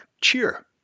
cheer